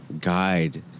guide